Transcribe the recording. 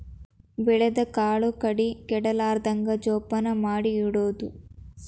ಬೆಳದ ಕಾಳು ಕಡಿ ಕೆಡಲಾರ್ದಂಗ ಜೋಪಾನ ಮಾಡಿ ಇಡುದು